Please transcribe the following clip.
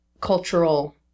cultural